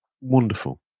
Wonderful